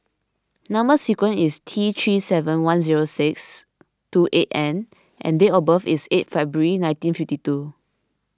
Number Sequence is T three seven one zero six two eight N and date of birth is eight February nineteen fifty two